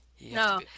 No